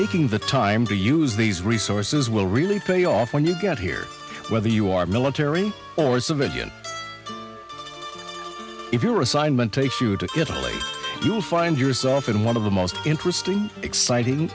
taking the time to use these resources will really pay off when you get here whether you are military or civilian if your assignment takes you to italy you'll find yourself in one of the most interesting exciting